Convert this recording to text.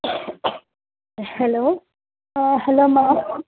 hello ആ hello മാം